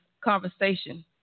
conversation